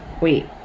wait